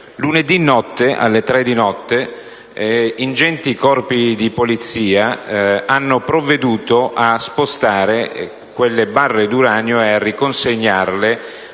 Lunedıscorso, alle 3 del mattino, ingenti Corpi di polizia hanno provveduto a spostare quelle barre d’uranio e a riconsegnarle,